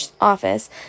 office